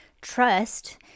trust